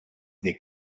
they